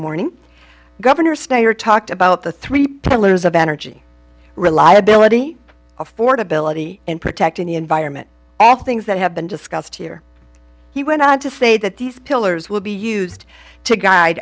morning governor snyder talked about the three pillars of energy reliability affordability and protecting the environment after things that have been discussed here he went on to say that these pillars will be used to guide